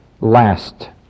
last